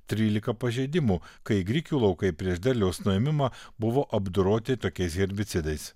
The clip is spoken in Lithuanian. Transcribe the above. trylika pažeidimų kai grikių laukai prieš derliaus nuėmimą buvo apdoroti tokiais herbicidais